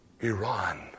Iran